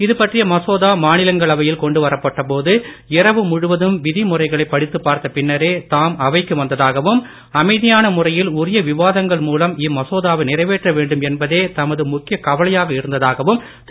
இதுபற்றிய மசோதா மாநிலங்களவையில் கொண்டு வரப்பட்ட போது இரவு முழுவதும் விதிமுறைகளை படித்துப் பார்த்த பின்னரே தாம் அவைக்கு வந்ததாகவும் அமைதியான முறையில் உரிய விவாதங்கள் மூலம் இம்மசோதாவை நிறைவேற்ற வேண்டும் என்பதே தமது முக்கிய கவலையாக இருந்ததாகவும் திரு